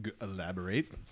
Elaborate